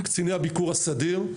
קציני הביקור הסדיר,